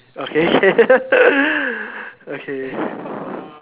okay k okay